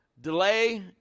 Delay